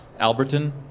Alberton